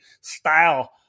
style